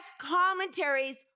commentaries